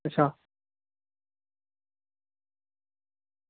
अच्छा